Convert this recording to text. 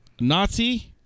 Nazi